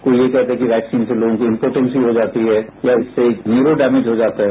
कोई ये कहता है कि वैक्सीन से लोगों की इम्पोटेंसी हो जाती है या उससे न्यूरो डैमेज हो जाता है